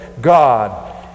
God